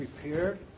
prepared